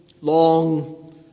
long